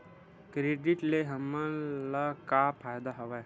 Credit ले हमन ला का फ़ायदा हवय?